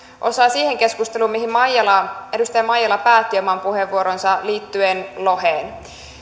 osaa siihen keskusteluun mihin edustaja maijala päätti oman puheenvuoronsa liittyen loheen